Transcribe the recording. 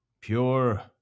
pure